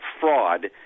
fraud